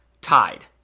tied